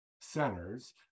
centers